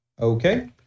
Okay